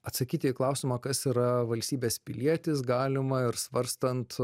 atsakyti į klausimą kas yra valstybės pilietis galima ir svarstant